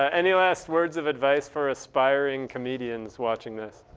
ah any last words of advice for aspiring comedians watching this?